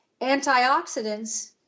Antioxidants